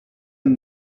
and